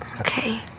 Okay